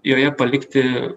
joje palikti